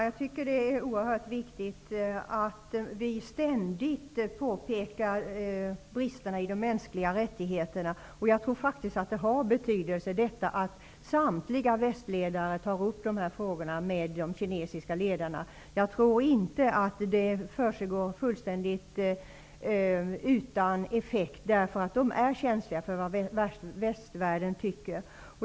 Herr talman! Det är oerhört viktigt att vi ständigt påpekar bristerna i de mänskliga rättigheterna. Jag tror faktiskt att det har betydelse att samtliga västledare tar upp dessa frågor med de kinesiska ledarna. Jag tror inte att det är fullständigt utan effekt, därför att kineserna är känsliga för vad västvärlden tycker.